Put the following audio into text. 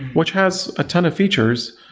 which has a ton of features,